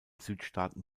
südstaaten